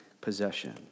possession